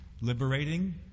liberating